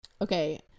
Okay